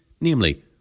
namely